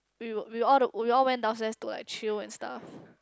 we were we all we all went downstairs to like chill and stuff